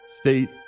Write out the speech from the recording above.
state